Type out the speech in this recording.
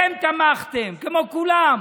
אתם תמכתם, כמו כולם.